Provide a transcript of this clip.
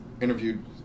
Interviewed